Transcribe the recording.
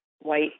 white